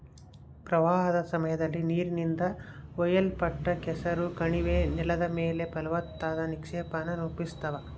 ಪ್ರವಾಹದ ಸಮಯದಲ್ಲಿ ನೀರಿನಿಂದ ಒಯ್ಯಲ್ಪಟ್ಟ ಕೆಸರು ಕಣಿವೆ ನೆಲದ ಮೇಲೆ ಫಲವತ್ತಾದ ನಿಕ್ಷೇಪಾನ ರೂಪಿಸ್ತವ